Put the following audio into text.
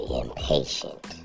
impatient